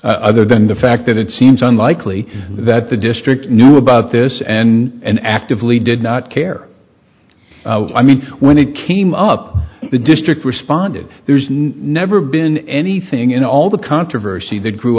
other than the fact that it seems unlikely that the district knew about this and actively did not care i mean when it came up the district responded there's never been anything in all the controversy that grew